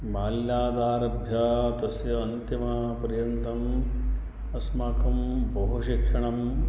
बाल्यादारभ्य तस्य अन्तिमपर्यन्तम् अस्माकं बहु शिक्षणं